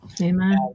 Amen